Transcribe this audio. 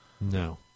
no